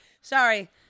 Sorry